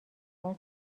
کار